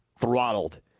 throttled